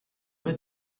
wird